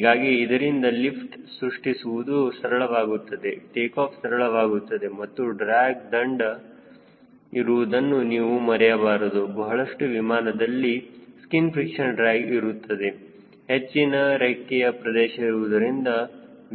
ಹೀಗಾಗಿ ಇದರಿಂದ ಲಿಫ್ಟ್ ಸೃಷ್ಟಿಸುವುದು ಸರಳವಾಗುತ್ತದೆ ಟೇಕಾಫ್ ಸರಳವಾಗುತ್ತದೆ ಆದರೆ ಡ್ರ್ಯಾಗ್ದಂಡ ಇರುವುದನ್ನು ನೀವು ಮರೆಯಬಾರದು ಬಹಳಷ್ಟು ಪ್ರಮಾಣದ ಸ್ಕಿನ್ ಫ್ರಿಕ್ಷನ್ ಡ್ರ್ಯಾಗ್ ಇರುತ್ತದೆ ಹೆಚ್ಚಿನ ರೆಕ್ಕೆಯ ಪ್ರದೇಶ ಇರುವುದರಿಂದ